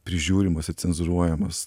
prižiūrimos ir cenzūruojamos